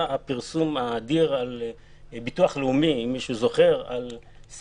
הפרסום האדיר על ביטוח לאומי על ספק